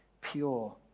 pure